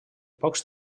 pocs